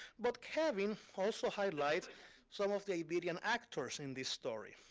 but kevin also highlights some of the iberian actors in this story,